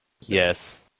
Yes